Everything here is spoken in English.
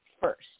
first